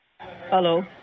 Hello